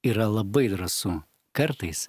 yra labai drąsu kartais